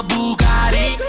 Bugatti